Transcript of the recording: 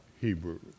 Hebrew